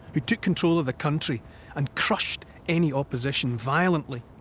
who took control of the country and crushed any opposition violently.